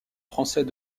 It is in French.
français